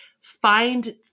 find